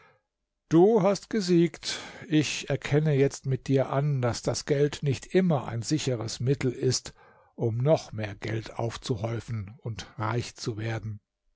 du hast gesiegt ich erkenne jetzt mit dir an daß das geld nicht immer ein sicheres mittel ist um noch mehr geld aufzuhäufen und reich zu werden